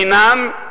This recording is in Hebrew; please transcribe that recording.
מינם,